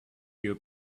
you